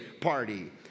party